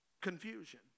Confusion